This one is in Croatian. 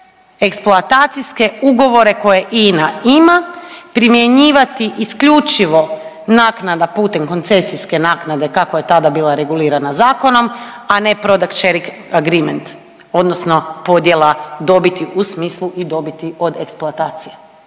eksploatacijske ugovore koje INA ima primjenjivati isključivo naknada putem koncesijske naknade kako je tada bila regulirana zakonom, a ne product sharing agreement odnosno podjela dobiti u smislu i dobiti od eksploatacije